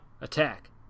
attack